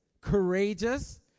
courageous